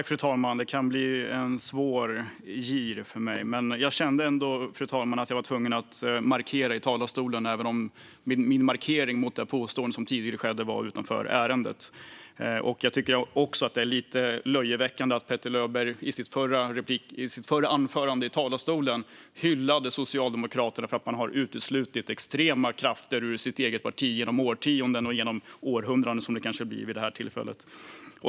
Fru talman! Det kan bli en svår gir för mig. Men jag kände ändå att jag var tvungen att markera i talarstolen, även om min markering mot det påstående som tidigare gjordes var utanför ärendet. Jag tycker också att det Petter Löberg gör är lite löjeväckande. I sitt förra anförande i talarstolen hyllade han Socialdemokraterna för att man har uteslutit extrema krafter ur sitt eget parti genom årtionden och genom århundraden, som det kanske blir vid det här tillfället.